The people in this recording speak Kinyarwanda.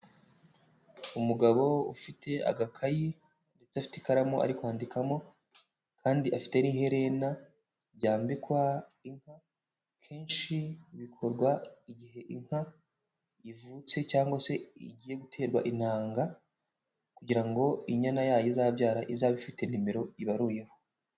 Umugabo ufite agakayi ndetse afite ikaramu ari kwandikamo kandi afite n'iherena ryambikwa inka, kenshi bikorwa igihe inka ivutse cyangwa se igiye guterwa intanga, kugira ngo inyana yayo izabyara izabe ifite nimero ibaruyeho.